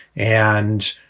and,